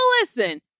listen